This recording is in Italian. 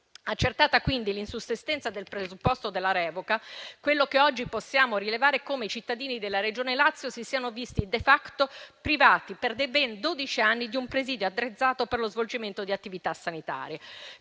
Accertata quindi l'insussistenza del presupposto della revoca, quello che oggi possiamo rilevare è come i cittadini della Regione Lazio si siano visti privati *de facto*, per ben dodici anni, di un presidio attrezzato per lo svolgimento di attività sanitarie.